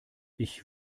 ich